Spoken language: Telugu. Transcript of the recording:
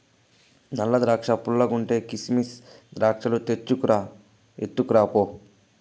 నల్ల ద్రాక్షా పుల్లగుంటే, కిసిమెస్ ద్రాక్షాలు తెచ్చుకు రా, ఎత్తుకురా పో